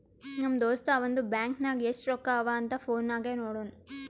ನಮ್ ದೋಸ್ತ ಅವಂದು ಬ್ಯಾಂಕ್ ನಾಗ್ ಎಸ್ಟ್ ರೊಕ್ಕಾ ಅವಾ ಅಂತ್ ಫೋನ್ ನಾಗೆ ನೋಡುನ್